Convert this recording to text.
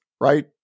right